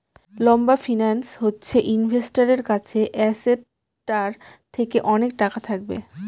লম্বা ফিন্যান্স হচ্ছে ইনভেস্টারের কাছে অ্যাসেটটার থেকে অনেক টাকা থাকবে